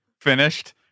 finished